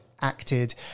acted